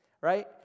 right